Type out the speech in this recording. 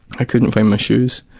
i couldn't find my shoes,